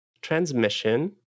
transmission